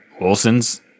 Wilson's